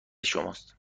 شماست